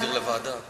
להעביר לוועדה?